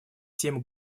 всем